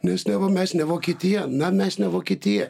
nes neva mes ne vokietija na mes ne vokietija